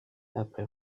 après